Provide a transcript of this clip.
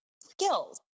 skills